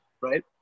right